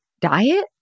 diet